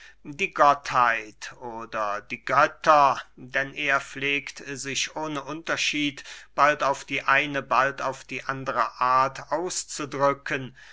die gottheit oder die götter denn er pflegt sich ohne unterschied bald auf die eine bald auf die andere art auszudrücken